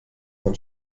man